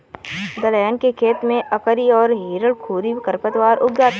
दलहन के खेत में अकरी और हिरणखूरी खरपतवार उग आते हैं